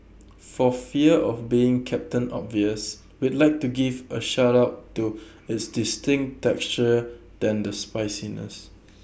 for fear of being captain obvious we'd like to give A shout out to its distinct texture than the spiciness